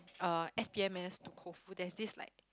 uh S_P_M_S the Koufu there's this like